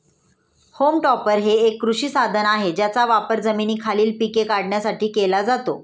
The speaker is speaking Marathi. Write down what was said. होम टॉपर हे एक कृषी साधन आहे ज्याचा वापर जमिनीखालील पिके काढण्यासाठी केला जातो